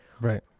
right